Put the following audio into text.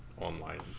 online